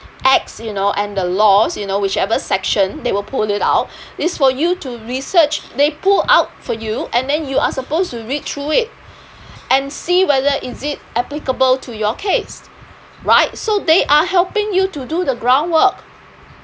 acts you know and the laws you know whichever section they will pull it out it's for you to research they pull out for you and then you are supposed to read through it and see whether is it applicable to your case right so they are helping you to do the groundwork